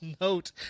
note